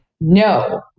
no